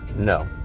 no.